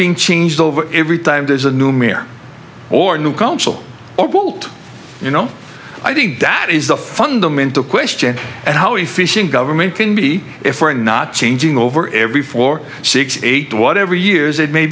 being changed over every time there's a new mayor or a new council or gold you know i think that is the fundamental question and how efficient government can be if we're not changing over every four six eight whatever years it may